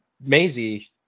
Maisie